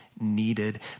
needed